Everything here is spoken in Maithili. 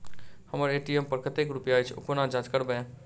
हम्मर ए.टी.एम पर कतेक रुपया अछि, ओ कोना जाँच करबै?